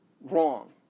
wrong